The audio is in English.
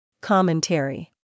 Commentary